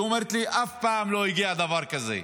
היא אומרת לי: אף פעם לא הגיע דבר כזה.